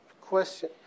question